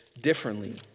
differently